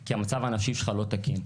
כי המצב הנפשי שלך לא תקין.